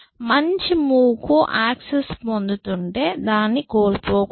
మంచి మూవ్ కు యాక్సిస్ పొందుతుంటే దాన్ని కోల్పోకూడదు